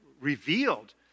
revealed